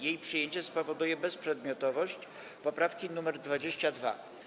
Jej przyjęcie spowoduje bezprzedmiotowość poprawki nr 22.